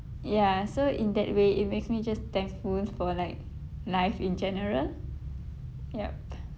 ya so in that way it makes me just thankful for like life in general yup